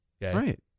Right